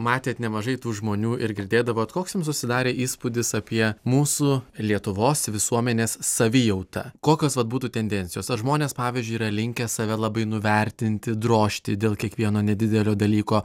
matėt nemažai tų žmonių ir girdėdavot koks jums susidarė įspūdis apie mūsų lietuvos visuomenės savijautą kokios vat būtų tendencijos ar žmonės pavyzdžiui yra linkę save labai nuvertinti drožti dėl kiekvieno nedidelio dalyko